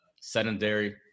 Sedentary